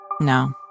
No